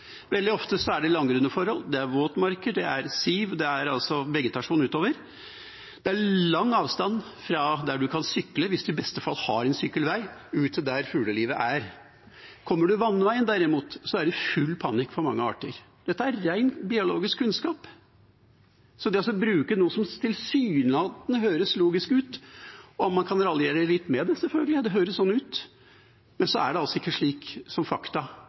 Veldig ofte er det langgrunt, det er våtmarker, det er siv, det er altså vegetasjon utover. Det er lang avstand fra der man kan sykle – hvis man i beste fall har en sykkelvei – og ut til der fuglelivet er. Kommer man vannveien derimot, er det full panikk for mange arter. Dette er rein biologisk kunnskap, så det å bruke noe som tilsynelatende høres logisk ut – man kan selvfølgelig raljere litt med det, det høres sånn ut, men det er altså ikke slik fakta